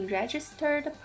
Registered